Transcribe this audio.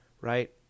Right